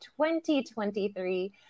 2023